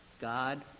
God